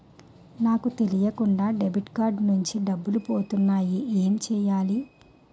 నాకు తెలియకుండా debit card నుంచి డబ్బులు పోతున్నాయి ఎం చెయ్యాలి?